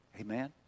Amen